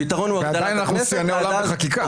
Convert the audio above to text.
הפתרון הוא הגדלת --- ועדיין אנחנו שיאני העולם בחקיקה.